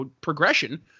progression –